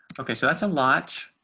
okay, so that's a lot.